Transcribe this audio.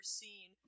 seen